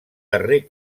darrer